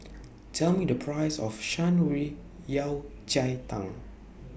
Tell Me The Price of Shan Rui Yao Cai Tang